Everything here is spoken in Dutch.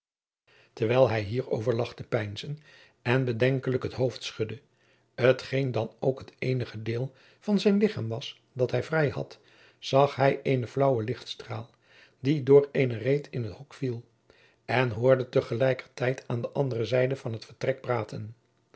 terwijl hij hierover lag te peinzen en bedenkelijk het hoofd schudde t geen dan ook het eenige deel van zijn lichaam was dat hij vrij had zag hij eene flaauwe lichtstraal die door eene reet in het hok viel en hoorde te gelijker tijd aan de andere zijde van het vertrek praten